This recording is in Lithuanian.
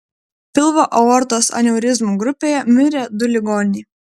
pilvo aortos aneurizmų grupėje mirė du ligoniai